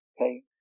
Okay